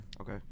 Okay